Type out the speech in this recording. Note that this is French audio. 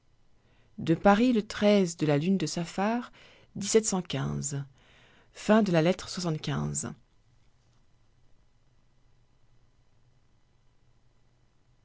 de paris le de la lune de saphar lettre